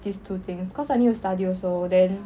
these two things cause I need to study also then